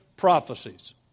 prophecies